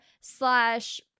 slash